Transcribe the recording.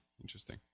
Interesting